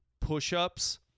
push-ups